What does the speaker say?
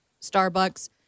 Starbucks